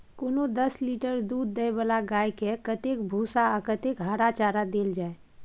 कोनो दस लीटर दूध दै वाला गाय के कतेक भूसा आ कतेक हरा चारा देल जाय?